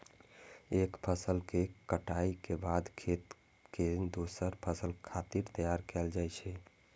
एक फसल के कटाइ के बाद खेत कें दोसर फसल खातिर तैयार कैल जाइ छै